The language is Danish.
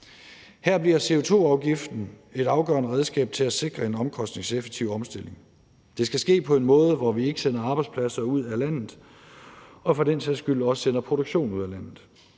Her bliver CO2-afgiften et afgørende redskab til at sikre en omkostningseffektiv omstilling. Det skal ske på en måde, hvor vi ikke sender arbejdspladser ud af landet eller for den sags skyld sender produktion ud af landet.